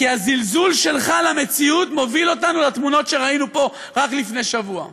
כי הזלזול שלך במציאות מוביל אותנו לתמונות שראינו פה רק לפני שבוע.